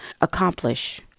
accomplish